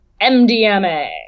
MDMA